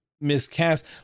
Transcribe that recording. miscast